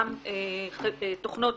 אני מתכבד לפתוח את ישיבת הועדה המשותפת